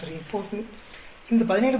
இப்போது இந்த 17